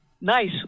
Nice